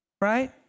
Right